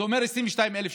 זה אומר 22,000 שקל.